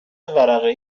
ورقه